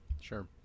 Sure